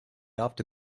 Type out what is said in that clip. after